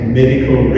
medical